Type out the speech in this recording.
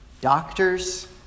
doctors